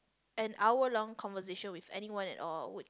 an hour long conversation with anyone at all would